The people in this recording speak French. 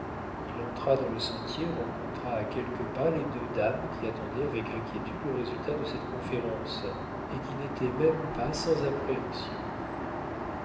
il entra dans le sentier rencontra à quelques pas les deux dames qui attendaient avec inquiétude le résultat de cette conférence et qui n'étaient même pas sans appréhension